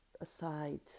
aside